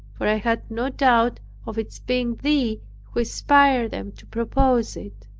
for i had no doubt of its being thee who inspired them to propose it.